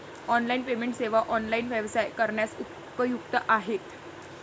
online payment सेवा online व्यवसाय करण्यास उपयुक्त आहेत